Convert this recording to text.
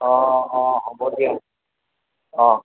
অঁ অঁ অঁ হ'ব দিয়ক অঁ